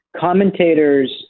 Commentators